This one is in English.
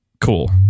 cool